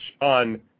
on